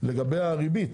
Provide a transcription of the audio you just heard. לגבי הריבית.